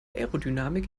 aerodynamik